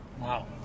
Wow